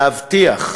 להבטיח,